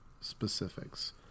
specifics